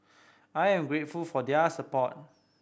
I am grateful for their support